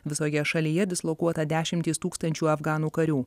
visoje šalyje dislokuota dešimtys tūkstančių afganų karių